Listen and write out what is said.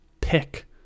pick